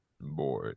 boy